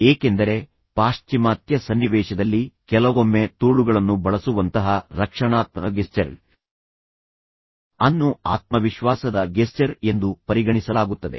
ಏಕೆಂದರೆ ಪಾಶ್ಚಿಮಾತ್ಯ ಸನ್ನಿವೇಶದಲ್ಲಿ ಕೆಲವೊಮ್ಮೆ ತೋಳುಗಳನ್ನು ಬಳಸುವಂತಹ ರಕ್ಷಣಾತ್ಮಕ ಗೆಸ್ಚರ್ ಅನ್ನು ಆತ್ಮವಿಶ್ವಾಸದ ಗೆಸ್ಚರ್ ಎಂದು ಪರಿಗಣಿಸಲಾಗುತ್ತದೆ